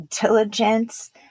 diligence